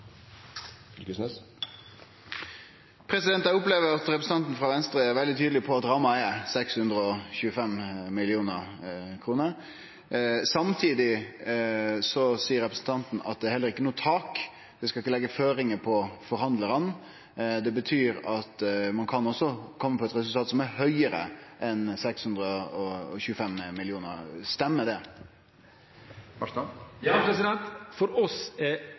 veldig tydeleg på at ramma er 625 mill. kr. Samtidig seier representanten Farstad at det heller ikkje er noko tak, det skal ikkje leggjast føringar på forhandlarane. Det betyr at ein også kan kome til eit resultat som er høgare enn 625 mill. kr. Stemmer det? Ja, for oss